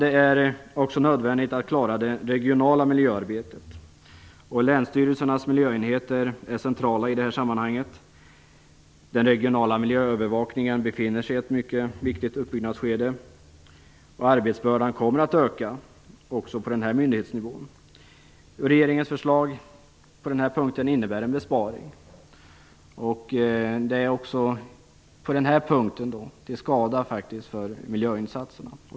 Det är ockå nödvändigt att klara det regionala miljöarbetet. Länsstyrelsernas miljöenheter är centrala i det här sammanhanget. Den regionala miljöövervakningen befinner sig i ett mycket viktigt uppbyggnadsskede och arbetsbördan kommer att öka också på den här myndighetsnivån. Regeringens förslag på denna punkt innebär en besparing. Det är också på denna punkt till skada för miljöinsatserna.